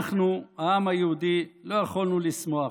אנחנו, העם היהודי, לא יכולנו לשמוח.